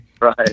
Right